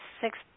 six